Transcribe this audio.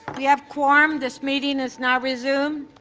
we have quorum. this meeting is now resumed.